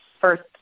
first